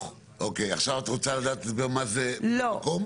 עכשיו את רוצה לקבל הסבר מה זה ממלא מקום?